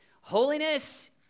Holiness